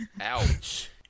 Ouch